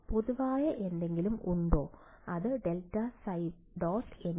പൊതുവായ എന്തെങ്കിലും ഉണ്ട് അത് ∇ϕ · nˆ